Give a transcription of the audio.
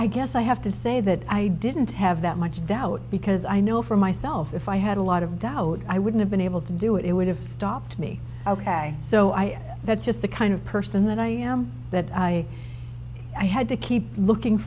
i guess i have to say that i didn't have that much doubt because i know for myself if i had a lot of doubt i wouldn't of been able to do it it would have stopped me ok so i that's just the kind of person that i am but i i had to keep looking